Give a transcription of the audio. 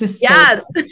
Yes